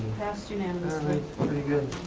passed unanimously pretty good.